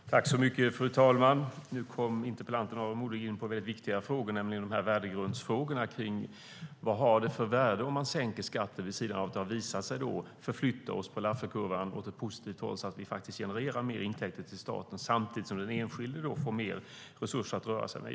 STYLEREF Kantrubrik \* MERGEFORMAT Svar på interpellationerFru talman! Nu kom interpellanten Aron Modig in på väldigt viktiga frågor, nämligen värdegrundsfrågorna. Vad har det för värde om man sänker skatter vid sidan av att det har visat sig förflytta oss åt ett positivt håll på Lafferkurvan, så att vi faktiskt genererar mer intäkter till staten samtidigt som den enskilde får mer resurser att röra sig med?